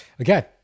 Okay